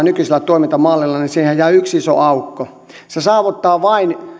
nykyisellä toimintamallilla laajennetaan niin siihen jää yksi iso aukko se saavuttaa